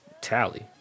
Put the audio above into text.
tally